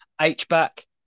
H-back